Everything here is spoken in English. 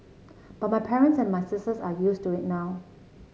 but my parents and my sisters are used to it now